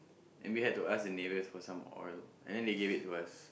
and we had to ask the neighbours for some oil and then they gave it to us